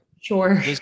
sure